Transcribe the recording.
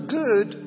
good